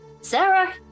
sarah